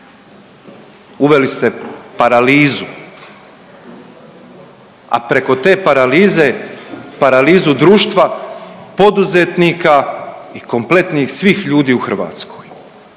Uveli ste paralizu, a preko te paralize paralizu društva, poduzetnika i kompletnih svih ljudi u Hrvatskoj.